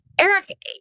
Eric